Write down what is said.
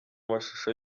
mashusho